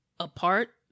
apart